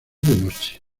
noche